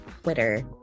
twitter